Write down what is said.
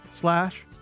slash